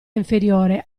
inferiore